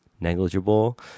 negligible